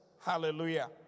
Hallelujah